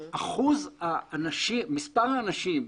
מספר האנשים,